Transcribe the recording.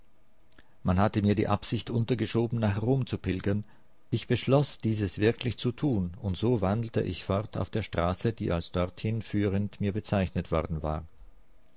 man hatte mir die absicht untergeschoben nach rom zu pilgern ich beschloß dieses wirklich zu tun und so wandelte ich fort auf der straße die als dorthin führend mir bezeichnet worden war